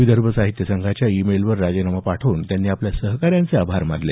विदर्भ साहित्य संघाच्या ई मेलवर राजीनामा पाठवून त्यांनी आपल्या सहकाऱ्यांचे आभार मानले